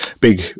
big